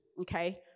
okay